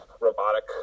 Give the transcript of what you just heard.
robotic